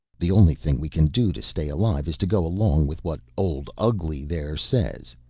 the only thing we can do to stay alive is to go along with what old ugly there says.